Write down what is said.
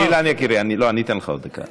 אני אתן לך עוד דקה.